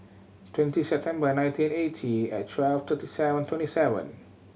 twenty September nineteen eighty and twelve thirty seven twenty seven